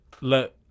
let